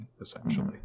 essentially